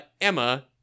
Emma